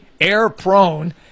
air-prone